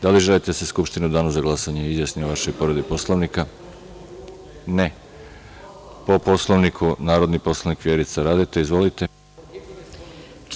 Da li želite da se Skupština u danu za glasanje izjasni o vašoj povredi Poslovnika? (Ne.) Po Poslovniku, narodni poslanik Vjerica Radeta.